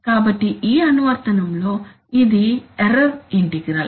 కాబట్టి ఈ అనువర్తనంలో ఇది ఎర్రర్ ఇంటిగ్రల్